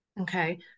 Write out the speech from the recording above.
Okay